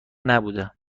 نبوده